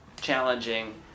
challenging